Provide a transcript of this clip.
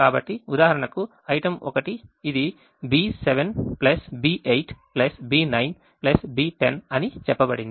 కాబట్టి ఉదాహరణకు item 1 ఇది B7 B8 B9 B10 అని చెప్పబడింది